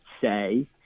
say